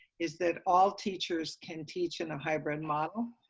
is that all teachers can teach in a hybrid model,